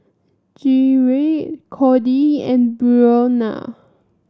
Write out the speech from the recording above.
Gerrit Cordie and Brionna